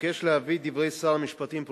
אבקש להביא את דברי שר המשפטים,